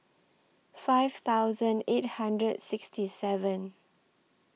five thousand eight hundred sixty seven